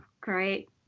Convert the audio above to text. great